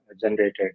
generated